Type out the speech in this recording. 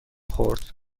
خورد